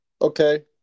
Okay